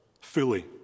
fully